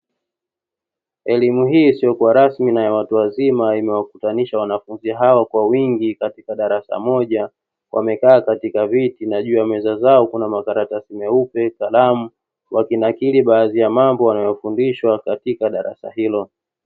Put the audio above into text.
Elimu hii isiyokuwa rasmi na ya watu wazima imewakutanisha wanafunzi hao kwa wingi katika darasa moja, wamekaa katika viti na juu ya meza zao kuna makaratasi meupe salamu wakinakili baadhi ya mambo wanayofundishwa katika darasa hilo.